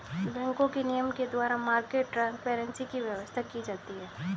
बैंकों के नियम के द्वारा मार्केट ट्रांसपेरेंसी की व्यवस्था की जाती है